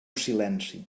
silenci